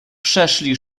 przeszli